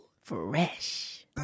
Fresh